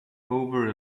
over